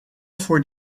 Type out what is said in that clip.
voor